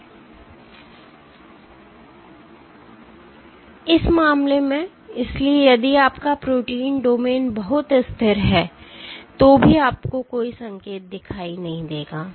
इस मामले में इसलिए यदि आपका प्रोटीन डोमेन बहुत स्थिर है तो भी आपको कोई संकेत नहीं दिखाई देगा